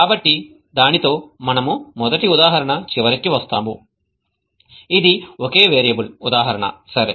కాబట్టి దానితో మనం మొదటి ఉదాహరణ చివరికి వస్తాము ఇది ఒకే వేరియబుల్ ఉదాహరణ సరే